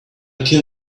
can